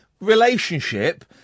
relationship